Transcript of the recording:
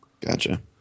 Gotcha